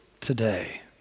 today